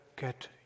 get